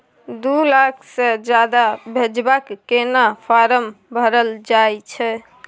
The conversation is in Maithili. दू लाख से ज्यादा भेजबाक केना फारम भरल जाए छै?